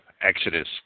Exodus